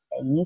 say